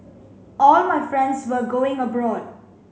all my friends were going abroad